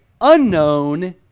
unknown